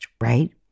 right